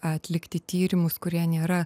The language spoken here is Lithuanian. atlikti tyrimus kurie nėra